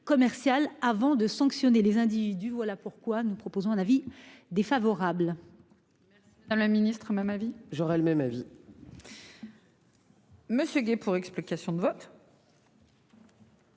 commerciale avant de sanctionner les individus. Voilà pourquoi la commission a émis un avis défavorable